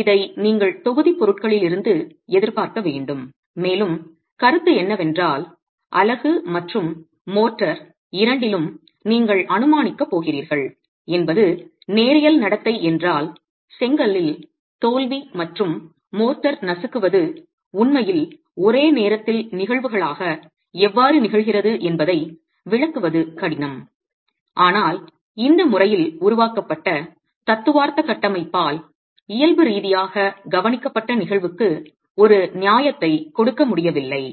இதை நீங்கள் தொகுதிப் பொருட்களிலிருந்து எதிர்பார்க்க வேண்டும் மேலும் கருத்து என்னவென்றால் அலகு மற்றும் மோர்ட்டார் இரண்டிலும் நீங்கள் அனுமானிக்கப் போகிறீர்கள் என்பது நேரியல் நடத்தை என்றால் செங்கலில் தோல்வி மற்றும் மோர்ட்டார் நசுக்குவது உண்மையில் ஒரே நேரத்தில் நிகழ்வுகளாக எவ்வாறு நிகழ்கிறது என்பதை விளக்குவது கடினம் ஆனால் இந்த முறையில் உருவாக்கப்பட்ட தத்துவார்த்த கட்டமைப்பால் இயல்பு ரீதியாக கவனிக்கப்பட்ட நிகழ்வுக்கு ஒரு நியாயத்தை கொடுக்க முடியவில்லை